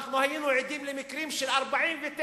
אנחנו היינו עדים למקרים של 49,